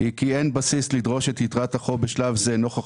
כי אין בסיס לדרוש את יתרת החוב בשלב זה נוכח